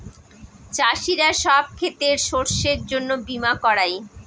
চাষীরা সব ক্ষেতের শস্যের জন্য বীমা করায়